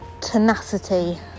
tenacity